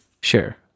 Sure